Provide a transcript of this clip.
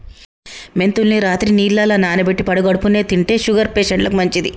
మెంతుల్ని రాత్రి నీళ్లల్ల నానబెట్టి పడిగడుపున్నె తింటే షుగర్ పేషంట్లకు మంచిది